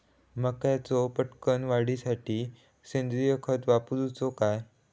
मक्याचो पटकन वाढीसाठी सेंद्रिय खत वापरूचो काय?